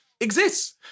exists